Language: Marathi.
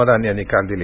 मदान यांनी काल दिली